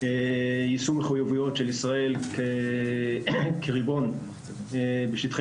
יישום מחויבויות של ישראל כריבון בשטחי